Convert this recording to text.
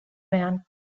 man